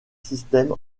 système